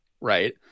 right